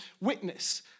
witness